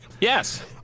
Yes